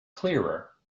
clearer